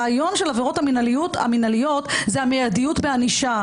הרעיון של העבירות המינהליות זה המידיות בענישה.